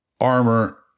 armor